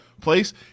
place